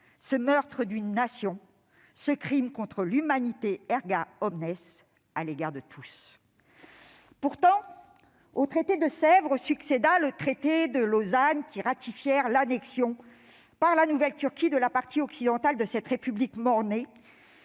ce meurtre d'une nation, ce crime contre l'humanité- à l'égard de tous. Pourtant, au traité de Sèvres succéda le traité de Lausanne, par lequel fut ratifiée l'annexion par la nouvelle Turquie de la partie occidentale de cette république mort-née